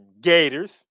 Gators